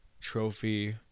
trophy